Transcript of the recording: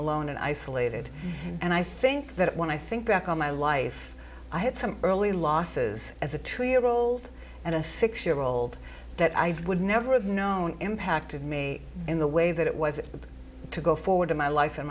alone and isolated and i think that when i think back on my life i had some early losses as a true year old and a six year old that i would never have known impacted me in the way that it was to go forward in my life